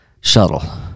shuttle